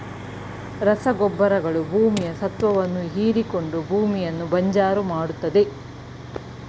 ರಸಗೊಬ್ಬರಗಳು ಭೂಮಿಯ ಸತ್ವವನ್ನು ಹೀರಿಕೊಂಡು ಭೂಮಿಯನ್ನು ಬಂಜರು ಮಾಡತ್ತದೆ